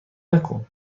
نکن